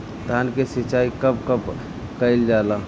धान के सिचाई कब कब कएल जाला?